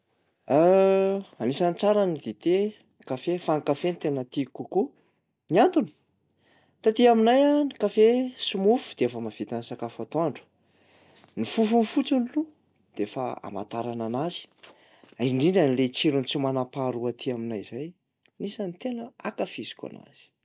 Anisany tsara ny dite- kafe fa ny kafe no tena tiako kokoa. Ny antony, taty aminay a ny kafe sy mofo de efa mahavita ny sakafo atoandro, ny fofony fotsiny aloha dia efa amantarana anazy, indrindrany lay tsirony tsy manam-paharoa aty aminay zay, nisany tena ankafiziko anazy.